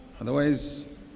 Otherwise